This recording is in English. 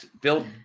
Bill